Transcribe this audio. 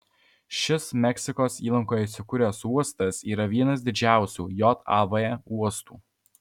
šis meksikos įlankoje įsikūręs uostas yra vienas didžiausių jav uostų